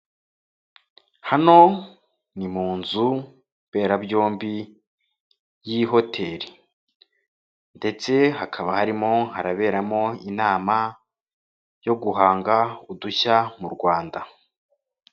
Hano ni mu nzu mberabyombi y'ihoteli ndetse hakaba harimo haraberamo inama yo guhanga udushya mu Rwanda.